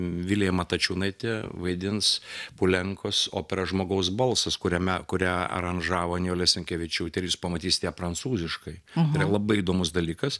vilija matačiūnaitė vaidins pulenkos operą žmogaus balsas kuriame kurią aranžavo nijolė sinkevičiūtė ir jis pamatysit ją prancūziškai yra labai įdomus dalykas